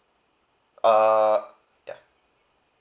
uh